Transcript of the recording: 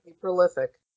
prolific